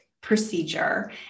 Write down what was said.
procedure